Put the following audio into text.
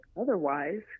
otherwise